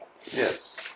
Yes